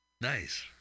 Nice